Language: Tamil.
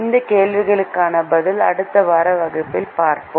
இந்த கேள்விக்கான பதில் அடுத்த வகுப்பில் பார்ப்போம்